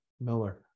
Miller